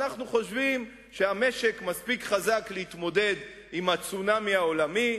אנחנו חושבים שהמשק מספיק חזק להתמודד עם הצונאמי העולמי,